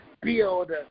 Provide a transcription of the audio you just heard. build